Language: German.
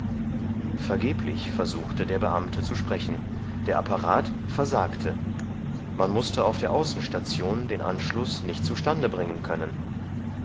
vergeblich versuchte der beamte zu sprechen der apparat versagte man mußte auf der außenstation den anschluß nicht zustande bringen können